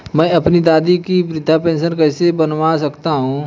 मैं अपनी दादी की वृद्ध पेंशन कैसे बनवा सकता हूँ?